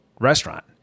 restaurant